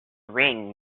ring